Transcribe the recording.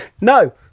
no